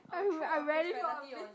I'm very sorry